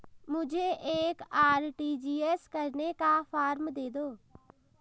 मुझे एक आर.टी.जी.एस करने का फारम दे दो?